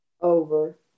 Over